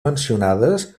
mencionades